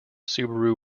subaru